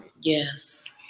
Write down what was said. Yes